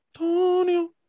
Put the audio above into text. Antonio